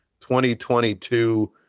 2022